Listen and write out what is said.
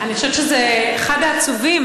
אני חושבת שזה אחד העצובים.